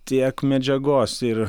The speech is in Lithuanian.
tiek medžiagos ir